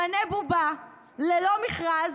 נמנה בובה ללא מכרז,